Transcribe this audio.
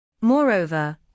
Moreover